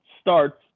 starts